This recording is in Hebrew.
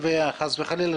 ביקשתי לקיים את הדיון,